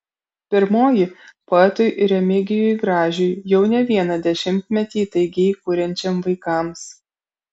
pirmoji poetui remigijui gražiui jau ne vieną dešimtmetį įtaigiai kuriančiam vaikams